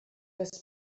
das